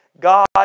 God